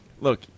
Look